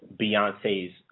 Beyonce's